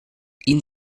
ihn